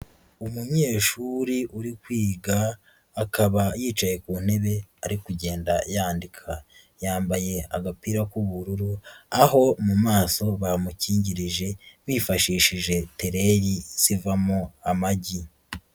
Umunyeshuri uri kwiga, akaba yicaye ku ntebe ari kugenda yandika, yambaye agapira k'ubururu, aho mu maso bamukingirije, bifashishije tireyi zivamo amagi.